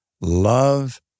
love